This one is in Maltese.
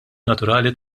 naturali